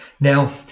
Now